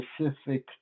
specific